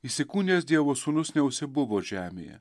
įsikūnijęs dievo sūnus neužsibuvo žemėje